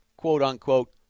quote-unquote